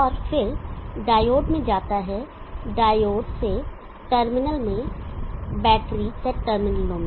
और फिर डायोड में जाता है डायोड से टर्मिनल में बैटरी सेट टर्मिनलों में